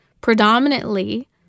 predominantly